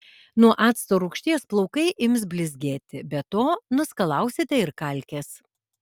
nuo acto rūgšties plaukai ims blizgėti be to nuskalausite ir kalkes